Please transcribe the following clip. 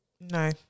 No